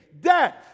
Death